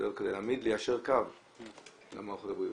כדי ליישר קו למערכות הבריאות.